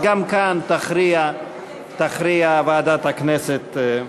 אז גם כאן תכריע ועדת הכנסת.